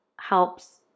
helps